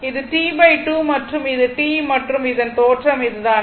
இது T 2 மற்றும் இது T மற்றும் இதன் தோற்றம் இதுதான்